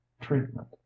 treatment